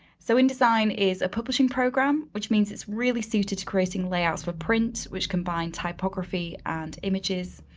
so indesign is a publishing program, which means it's really suited to creating layouts for prints which combined typography and images,